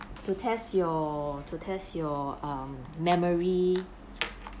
to test your to test your um memory